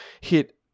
hit